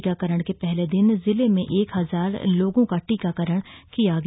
टीकाकरण के पहले दिन जिले में एक हजार लोगों का टीकाकरण किया गया